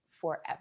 forever